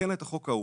את החוק ההוא.